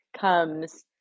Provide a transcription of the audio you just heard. comes